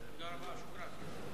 תודה רבה, שוכראן.